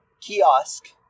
kiosk